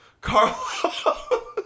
carlos